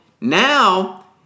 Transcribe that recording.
now